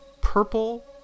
purple